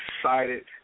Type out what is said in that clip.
excited